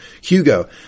Hugo